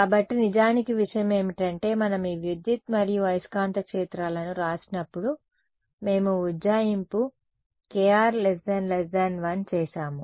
కాబట్టి నిజానికి విషయం ఏమిటంటే మనం ఈ విద్యుత్ మరియు అయస్కాంత క్షేత్రాలను వ్రాసినప్పుడు మేము ఉజ్జాయింపు kr 1 చేసాము